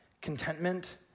Contentment